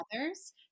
others